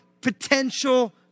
potential